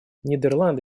нидерланды